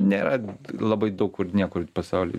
nėra labai daug kur niekur pasauly